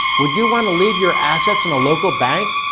would you want to leave your assets in a local bank,